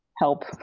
help